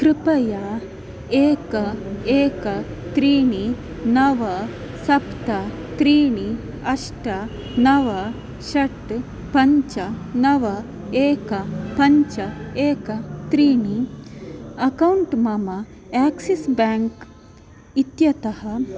कृपया एकं एकं त्रीणि नव सप्त त्रीणि अष्ट नव षट् पञ्च नव एकं पञ्च एकं त्रीणि अकौण्ट् मम आक्सिस् बेङ्क् इत्यतः